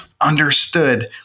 understood